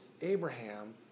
Abraham